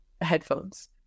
headphones